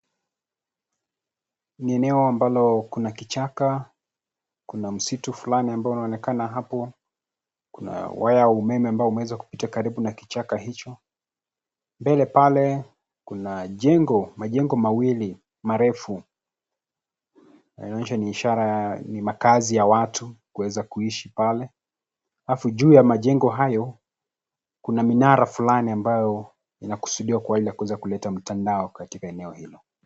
Ni eneo ambalo kuna kichaka, kuna msitu fulani ambao unaonekana hapo. Kuna waya wa umeme ambao umeweza kupita karibu na kichaka hicho. Mbele pale kuna majengo mawili marefu yanaonesha ni makazi ya watu kuweza kuishi pale. Alafu juu ya majengo hayo, kuna minara fulani ambayo inakusudiwa kuweza kuleta mtandao katika eneo hilo.